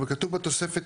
אבל כתוב בתוספת.